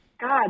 God